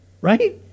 right